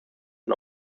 den